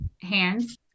hands